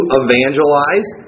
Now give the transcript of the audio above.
evangelize